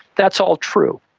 that's all true.